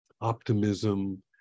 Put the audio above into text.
optimism